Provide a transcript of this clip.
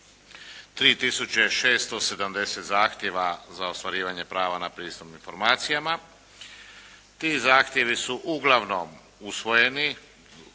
3670 zahtjeva za ostvarivanje prava na pristup informacijama. Ti zahtjevi su uglavnom usvojeni.